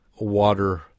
water